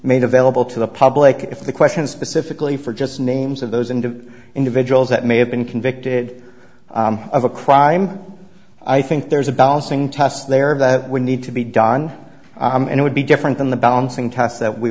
made available to the public if the question specifically for just names of those and to individuals that may have been convicted of a crime i think there's a balancing test there that we need to be don and it would be different than the balancing test that we